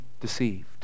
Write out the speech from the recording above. deceived